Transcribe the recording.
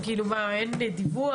אין דיווח?